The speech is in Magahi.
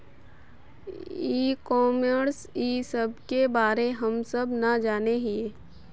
ई कॉमर्स इस सब के बारे हम सब ना जाने हीये?